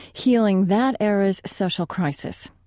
healing that era's social crisis.